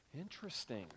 Interesting